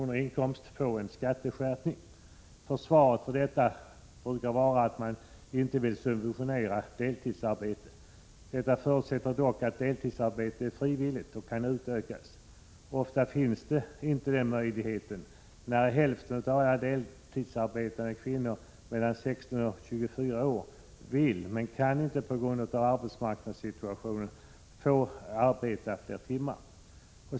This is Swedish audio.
i årsinkomst få en skatteskärpning. Försvaret härför brukar vara att man inte vill ”subventionera deltidsarbete”. Detta förutsätter dock att deltidsarbetet är frivilligt och kan utökas. Ofta finns inte den möjligheten. Nära hälften av alla deltidsarbetande kvinnor mellan 16 och 24 år vill men kan inte på grund av arbetsmarknadssituationen arbeta fler timmar.